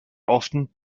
often